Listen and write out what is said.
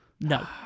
No